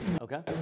Okay